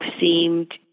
seemed